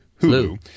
Hulu